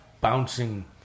bouncing